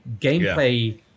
gameplay